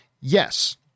Yes